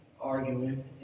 arguing